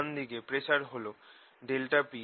ডান দিকে প্রেসার হল ∆p∆2p